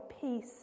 peace